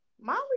molly